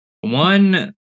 one